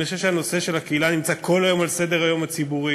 אני חושב שהנושא של הקהילה נמצא כל היום על סדר-היום הציבורי,